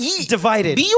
divided